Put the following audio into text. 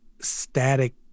static